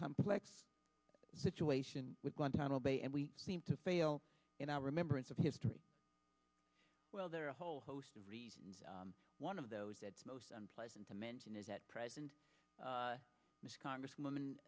complex situation with guantanamo bay and we seem to fail in our remembrance of history well there are a whole host of reasons one of those that is most unpleasant to mention is at present congresswoman